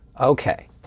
Okay